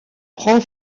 prend